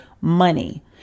money